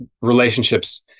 relationships